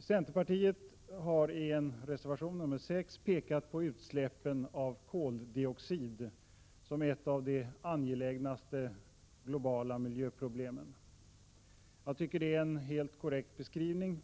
Centerpartiet har i reservation 6 pekat på utsläppen av koldioxid som ett av de angelägnaste globala miljöproblemen. Jag tycker det är en helt korrekt beskrivning.